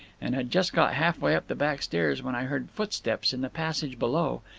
and had just got half-way up the back stairs when i heard footsteps in the passage below,